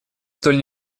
столь